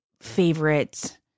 favorite